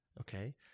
okay